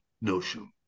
notion